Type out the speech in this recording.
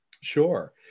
Sure